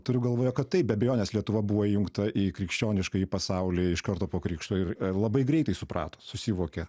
turiu galvoje kad taip be abejonės lietuva buvo įjungta į krikščioniškąjį pasaulį iš karto po krikšto ir labai greitai suprato susivokė